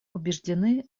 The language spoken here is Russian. убеждены